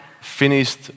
finished